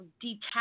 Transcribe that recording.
detach